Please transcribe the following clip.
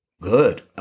good